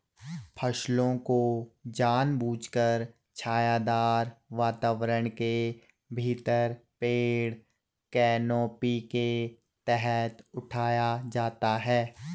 फसलों को जानबूझकर छायादार वातावरण के भीतर पेड़ कैनोपी के तहत उठाया जाता है